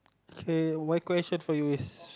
okay why question for you is